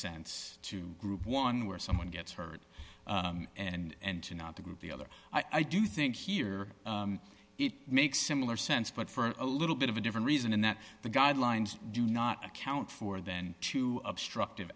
sense to group one where someone gets hurt and two not to group the other i do think here it makes similar sense but for a little bit of a different reason and that the guidelines do not account for then to obstructive